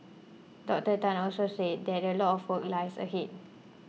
Doctor Tan also said that a lot of work lies ahead